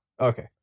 Okay